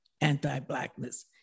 anti-Blackness